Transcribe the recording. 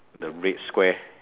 the red square